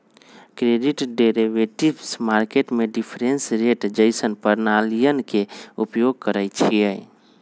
credit derivatives market में difference rate जइसन्न प्रणालीइये के उपयोग करइछिए